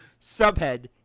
subhead